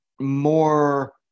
more